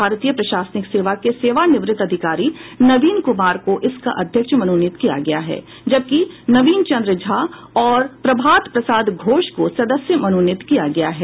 भारतीय प्रशासनिक सेवा के सेवानिवृत अधिकारी नवीन कुमार को इसका अध्यक्ष मनोनित किया गया है जबकि नवीन चंद्र झा और प्रभात प्रसाद घोष को सदस्य मनोनित किया गया है